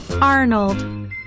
Arnold